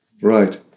Right